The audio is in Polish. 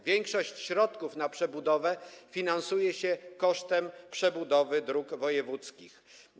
Większość środków na przebudowę finansuje się kosztem przebudowy dróg wojewódzkich.